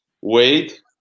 wait